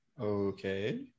Okay